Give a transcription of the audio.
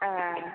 ए